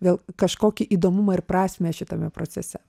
vėl kažkokį įdomumą ir prasmę šitame procese